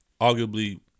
arguably